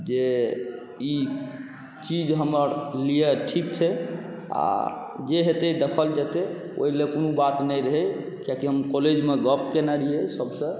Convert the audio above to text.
जे ई चीज हमर लिए ठीक छै आओर जे हेतै देखल जेतै ओहिलए कोनो बात नहि रहै कियाकि हम कॉलेजमे गप केने रहिए सबसँ